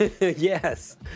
yes